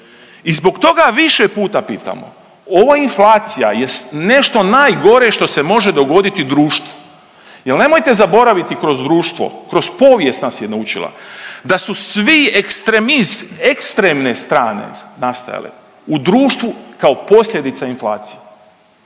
I zbog toga više puta pitamo ova inflacija jest nešto najgore što se može dogoditi društvu. Jer nemojte zaboraviti kroz društvo, kroz povijest nas je naučila da su svi ekstremisti, ekstremne strane nastajale u društvu kao posljedica inflacije.